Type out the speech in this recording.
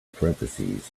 parentheses